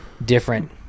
Different